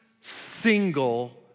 single